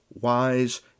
wise